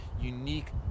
unique